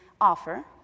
offer